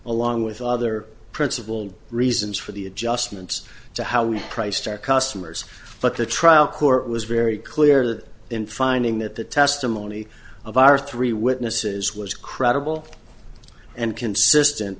along with other principal reasons for the adjustments to how we priced our customers but the trial court was very clear that in finding that the testimony of our three witnesses was credible and consistent